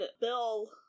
Bill